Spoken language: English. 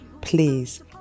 please